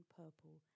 purple